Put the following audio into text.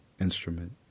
instrument